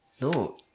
No